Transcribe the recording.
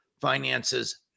finances